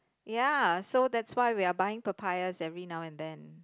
ya so that's why we are buying papayas every now and then